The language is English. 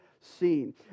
seen